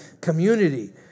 Community